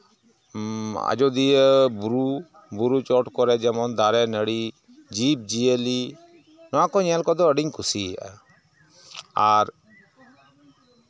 ᱟᱡᱚᱫᱤᱭᱟᱹ ᱵᱩᱨᱩ ᱵᱩᱨᱩ ᱪᱚᱴ ᱠᱚᱨᱮ ᱡᱮᱢᱚᱱ ᱫᱟᱹᱨᱮ ᱱᱟᱹᱲᱤ ᱡᱤᱵᱽ ᱡᱤᱭᱟᱹᱞᱤ ᱱᱚᱣᱟ ᱠᱚ ᱧᱮᱞ ᱠᱚᱫᱚ ᱟᱹᱰᱤᱧ ᱠᱩᱥᱤᱭᱟᱜᱼᱟ ᱟᱨ